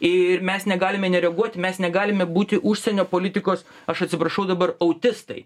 ir mes negalime nereaguoti mes negalime būti užsienio politikos aš atsiprašau dabar autistai